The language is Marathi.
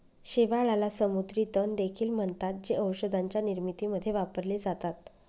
शेवाळाला समुद्री तण देखील म्हणतात, जे औषधांच्या निर्मितीमध्ये वापरले जातात